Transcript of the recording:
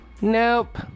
nope